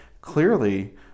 clearly